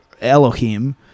elohim